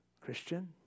Christian